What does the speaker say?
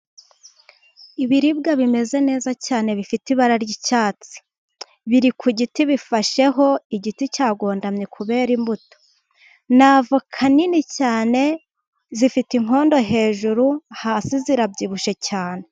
Ibiribwa bimeze neza cyane bifite ibara ry'icyatsi, biri ku giti bifasheho, igiti cyagondamye kubera imbuto. Ni avoka nini cyane zifite inkondo hejuru, hasi zirabyibushye cyane.